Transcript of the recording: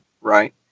right